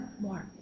More